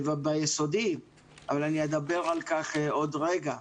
וביסודי, אבל אני אדבר על כך עוד רגע.